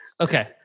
Okay